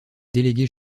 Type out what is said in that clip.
délégué